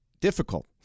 difficult